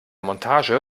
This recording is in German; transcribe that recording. montage